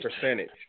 percentage